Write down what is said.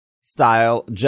style